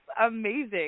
amazing